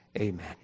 Amen